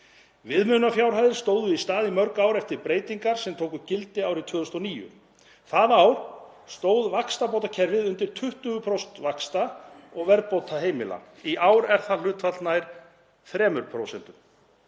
Viðmiðunarfjárhæðir stóðu í stað í mörg ár eftir breytingar sem tóku gildi árið 2009. Það ár stóð vaxtabótakerfið undir 20% vaxta- og verðbóta heimila. Í ár er það hlutfall nær 3%.